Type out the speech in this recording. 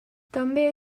també